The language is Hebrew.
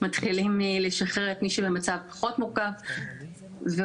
מתחילים מלשחרר את מי שבמצב פחות מורכב ואותנו,